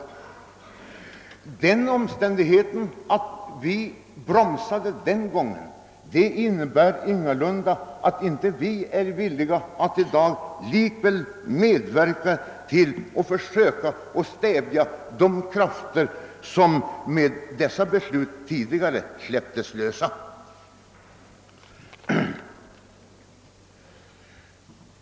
Men den omständigheten att vi bromsade då innebär ingalunda att vi i dag är ovilliga att medverka till att försöka stävja de krafter som med det tidigare beslutet släpptes lösa.